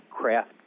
craft